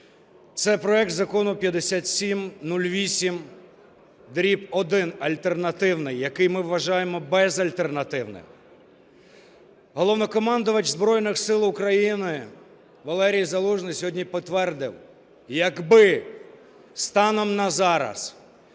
це проект закону 5708-1 альтернативний, який ми вважаємо безальтернативним. Головнокомандувач Збройних Сил України Валерій Залужний сьогодні підтвердив – якби станом на зараз